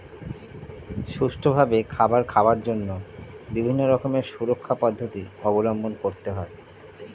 সুষ্ঠুভাবে খাবার খাওয়ার জন্য বিভিন্ন রকমের সুরক্ষা পদ্ধতি অবলম্বন করতে হয়